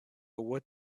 what